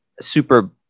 super